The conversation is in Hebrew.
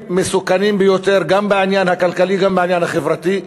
גם בעניין הכלכלי, גם בעניין החברתי.